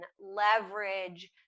leverage